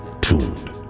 tuned